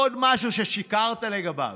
עוד משהו ששיקרת לגביו.